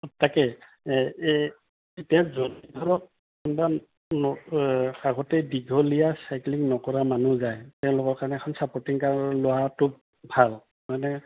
তাকেই এই এই এতিয়া যদি ধৰক কোনোবা আগতে দীঘলীয়া চাইকেলিং নকৰা মানুহ যায় তেওঁলোকৰ কাৰণে এখন ছাপৰ্টিং কাৰ লোৱাটো ভাল মানে